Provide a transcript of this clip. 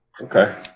Okay